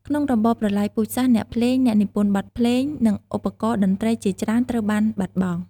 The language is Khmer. ក្នុងរបបប្រល័យពូជសាសន៍ អ្នកភ្លេង អ្នកនិពន្ធបទភ្លេង និងឧបករណ៍តន្ត្រីជាច្រើនត្រូវបានបាត់បង់។